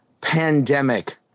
pandemic